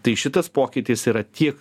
tai šitas pokytis yra tiek